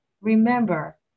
Remember